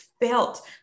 felt